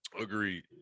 Agreed